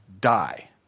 die